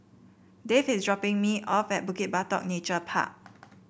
Dave is dropping me off at Bukit Batok Nature Park